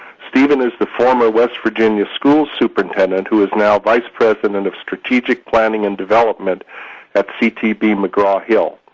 steven is the former west virginia school superintendent, who is now vice president of strategic planning and development at ctb mcgraw hill,